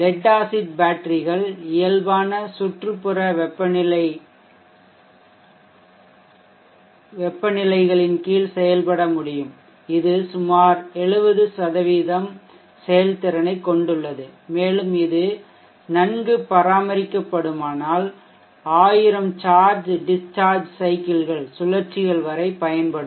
let acid பேட்டரிகள் இயல்பான சுற்றுப்புற வெப்பநிலை நிலைகளின் கீழ் செயல்பட முடியும் இது சுமார் 70 செயல்திறனைக் கொண்டுள்ளது மேலும் இது நன்கு பராமரிக்கப்படுமானால் 1000 சார்ஜ் டிஷ்ஷார்ஜ் சைக்கிள்கள் சுழற்சிகள் வரை பயன்படும்